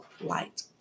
light